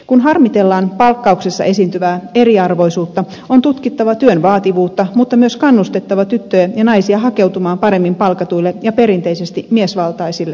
kun harmitellaan palkkauksessa esiintyvää eriarvoisuutta on tutkittava työn vaativuutta mutta myös kannustettava tyttöjä ja naisia hakeutumaan paremmin palkatuille ja perinteisesti miesvaltaisille aloille